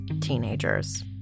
teenagers